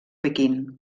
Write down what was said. pequín